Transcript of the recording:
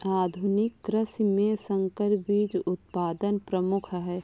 आधुनिक कृषि में संकर बीज उत्पादन प्रमुख है